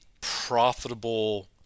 profitable